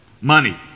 money